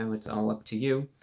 um it's all up to you.